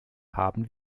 haben